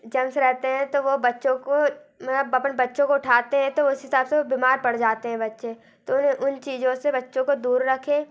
germs रहते है तो वो बच्चों को मतलब अपन बच्चों को उठाते हैं तो उस हिसाब से वो बीमार पड़ जाते है बच्चे तो उन चीज़ों से बच्चों को दूर रखें